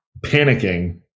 panicking